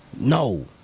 No